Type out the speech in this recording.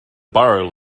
borough